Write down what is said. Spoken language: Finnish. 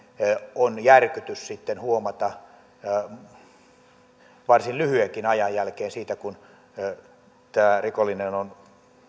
on järkytys sitten nähdä varsin lyhyenkin ajan jälkeen siitä kun tämä rikollinen on